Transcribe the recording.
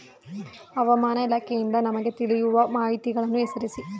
ಹವಾಮಾನ ಇಲಾಖೆಯಿಂದ ನಮಗೆ ತಿಳಿಯುವ ಮಾಹಿತಿಗಳನ್ನು ಹೆಸರಿಸಿ?